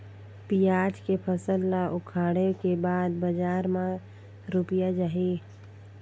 पियाज के फसल ला उखाड़े के बाद बजार मा रुपिया जाही?